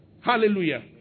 Hallelujah